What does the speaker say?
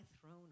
throne